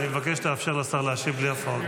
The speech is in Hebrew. אני מבקש לאפשר לשר להשיב בלי הפרעות.